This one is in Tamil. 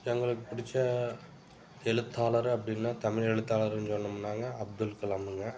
எங்களுக்கு பிடிச்ச எழுத்தாளர் அப்படின்னா தமிழ் எழுத்தாளர்ன்னு சொன்னமுன்னாங்க அப்துல்கலாம்ங்க